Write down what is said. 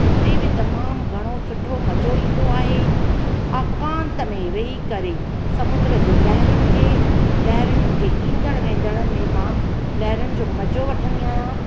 उते बि तमामु घणो सुठो मज़ो ईंदो आहे एकांत में वेही करे समुंद्र जे लहिरुनि खे लहिरुनि जे ईंदड़ वेंदड़ में मां लहिरुनि जो मज़ो वठंदी आहियां